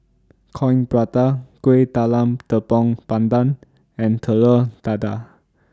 Coin Prata Kueh Talam Tepong Pandan and Telur Dadah